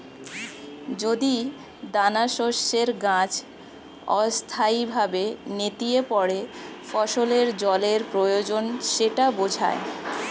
যদি দানাশস্যের গাছ অস্থায়ীভাবে নেতিয়ে পড়ে ফসলের জলের প্রয়োজন সেটা বোঝায়